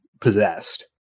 possessed